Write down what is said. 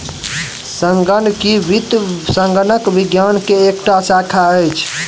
संगणकीय वित्त संगणक विज्ञान के एकटा शाखा अछि